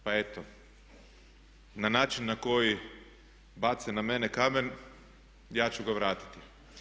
Pa eto na način na koji bace na mene kamen, ja ću ga vratiti.